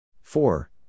Four